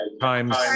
times